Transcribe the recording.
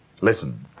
Listen